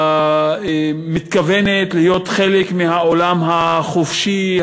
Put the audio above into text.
ומתכוונת להיות חלק מהעולם החופשי,